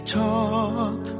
talk